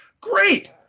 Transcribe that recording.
Great